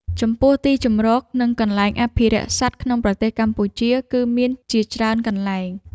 ចំពោះ ទីជម្រក និងកន្លែងអភិរក្សសត្វក្នុងប្រទេសកម្ពុជា គឺមានជាច្រើនកន្លែង។